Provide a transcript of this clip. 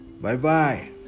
Bye-bye